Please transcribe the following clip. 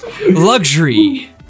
Luxury